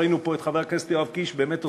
ראינו פה את חבר הכנסת יואב קיש עושה,